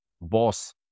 boss